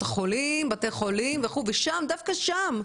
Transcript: החולים ועל בתי החולים אבל דווקא שם,